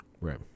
Right